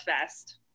fest